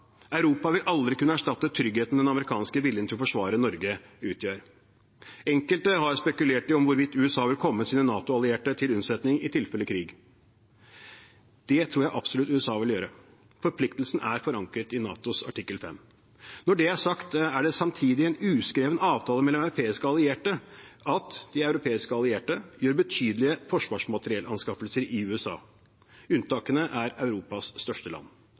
Europa vil aldri kunne erstatte tryggheten som den amerikanske viljen til å forsvare Norge utgjør. Enkelte har spekulert i hvorvidt USA vil komme sine NATO-allierte til unnsetning i tilfelle krig. Det tror jeg absolutt USA ville gjøre. Forpliktelsen er forankret i NATOs artikkel 5. Når det er sagt, er det samtidig en uskreven avtale mellom europeiske allierte at de europeiske allierte gjør betydelige forsvarsmateriellanskaffelser i USA. Unntakene er Europas største land.